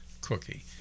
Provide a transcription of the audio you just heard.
cookie